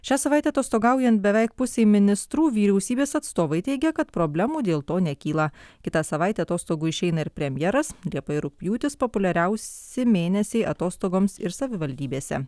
šią savaitę atostogaujant beveik pusei ministrų vyriausybės atstovai teigia kad problemų dėl to nekyla kitą savaitę atostogų išeina ir premjeras liepa ir rugpjūtis populiariausi mėnesiai atostogoms ir savivaldybėse